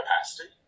capacity